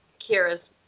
Kira's